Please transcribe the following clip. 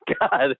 God